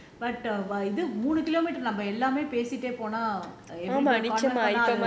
ஆமா அதுதான்:aama athuthaan correct ah மூணு:moonu kilometre நம்ம எல்லாமே பேசிட்டே போனா:namma ellamae pesitae ponaa